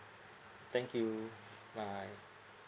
thank you bye